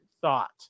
thought